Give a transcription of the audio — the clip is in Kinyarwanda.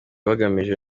bagamije